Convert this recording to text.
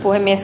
puhemies